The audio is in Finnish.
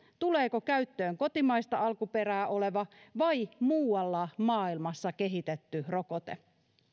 tuleeko käyttöön kotimaista alkuperää oleva vai muualla maailmassa kehitetty rokote